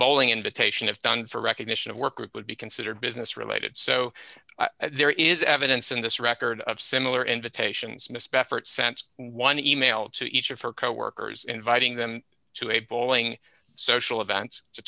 bowling invitation if done for recognition of work would be considered business related so there is evidence in this record of similar invitations misspent for it sent one email to each of her coworkers inviting them to a bowling social events to